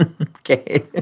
okay